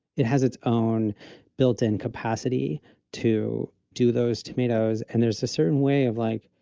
it has its own built in capacity to do those tomatoes. and there's a certain way of like,